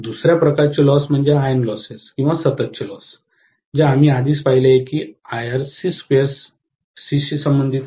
दुसर्या प्रकारचे लॉस म्हणजे आयर्न लॉस किंवा सततचे लॉस जे आम्ही आधीच पाहिले की ते I Rc2 C सीशी संबंधित आहे